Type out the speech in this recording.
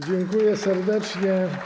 Dziękuję serdecznie.